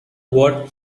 what